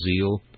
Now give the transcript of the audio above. zeal